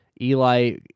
Eli